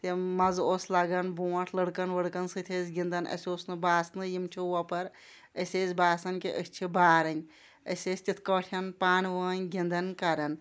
تِم مَزٕ اوس لَگان بونٛٹھ لٔڑکَن ؤڑکَن سۭتۍ ٲسۍ گِنٛدان اَسہِ اوس نہٕ باسنٕے یِم چھِ وۄپَر أسۍ ٲسۍ باسان کہِ أسۍ چھِ بارٕنۍ أسۍ ٲسۍ تِتھ کٲٹھۍ پانہٕ ؤنۍ گِنٛدان کَران